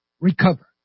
recover